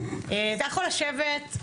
אתה יכול לשבת.